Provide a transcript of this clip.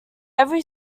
every